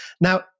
Now